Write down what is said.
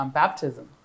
baptism